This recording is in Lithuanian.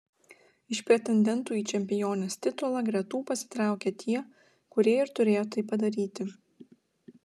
iš pretendentų į čempionės titulą gretų pasitraukė tie kurie ir turėjo tai padaryti